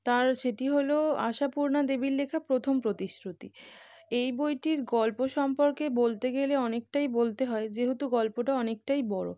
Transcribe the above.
তার সেটি হলো আশাপূর্ণা দেবীর লেখা প্রথম প্রতিশ্রুতি এই বইটির গল্প সম্পর্কে বলতে গেলে অনেকটাই বলতে হয় যেহেতু গল্পটা অনেকটাই বড়